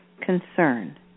concern